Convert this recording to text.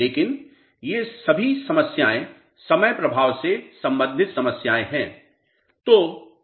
लेकिन ये सभी समस्याएं समय प्रभाव से संबंधित समस्याएं हैं